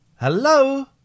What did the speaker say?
Hello